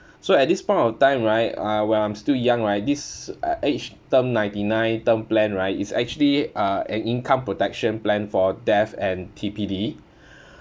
so at this point of time right ah when I'm still young right this uh age term ninety nine term plan right is actually uh an income protection plan for death and T_P_D